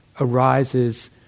arises